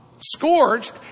scorched